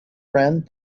friend